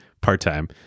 part-time